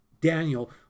Daniel